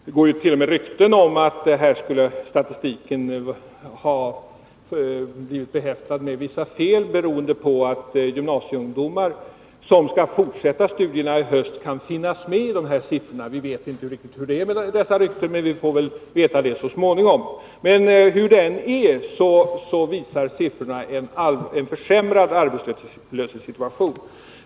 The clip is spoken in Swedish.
Det går t.o.m. rykten om att statistiken skulle ha blivit behäftad med vissa fel beroende på att gymnasieungdomar, som skall fortsätta studierna i höst, kan finnas med i den. Vi vet inte om dessa rykten är sanna — vi får väl besked om det så småningom. Men hur det än är visar siffrorna på en försämring av arbetslöshetssituationen.